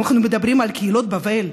אם אנחנו מדברים על קהילות בבל,